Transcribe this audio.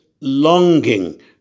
longing